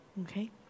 okay